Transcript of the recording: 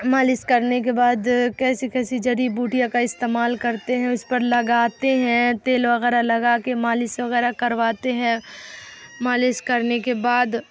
مالش کرنے کے بعد کیسی کیسی جڑی بوٹیاں کا استعمال کرتے ہیں اس پر لگاتے ہیں تیل وغیرہ لگا کے مالش وغیرہ کرواتے ہیں مالش کرنے کے بعد